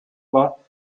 war